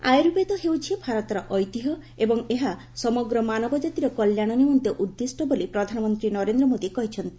PM Ayurveda Ayurveda ହେଉଛି ଭାରତର ଐତିହ୍ୟ ଏବଂ ଏହା ସମଗ୍ର ମାନବ ଜାତିର କଲ୍ୟାଣ ନିମନ୍ତେ ଉଦ୍ଦିଷ୍ଟ ବୋଲି ପ୍ରଧାନମନ୍ତ୍ରୀ ନରେନ୍ଦ୍ର ମୋଦି କହିଛନ୍ତି